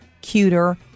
cuter